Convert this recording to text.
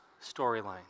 storyline